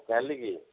କାଲିକି